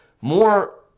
more